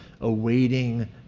awaiting